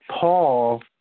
Paul